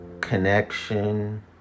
connection